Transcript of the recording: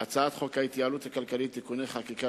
הצעת חוק ההתייעלות הכלכלית (תיקוני חקיקה